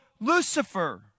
Lucifer